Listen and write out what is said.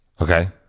Okay